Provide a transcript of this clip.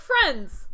friends